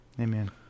Amen